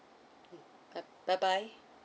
mm by~ bye bye